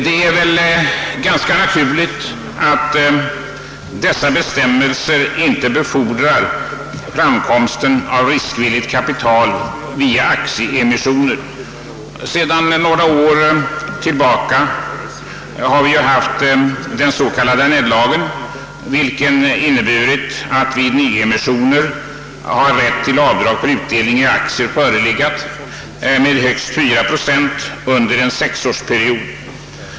Det är ganska naturligt att dessa bestämmelser inte befordrar framkomsten av riskvilligt kapital via aktieemissioner. Sedan några år tillbaka har vi haft den s.k. Annell-lagen, vilken inneburit att vid nyemissioner rätt till avdrag för utdelning på aktier förelegat med högst 4 procent under en sexårsperiod.